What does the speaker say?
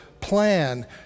plan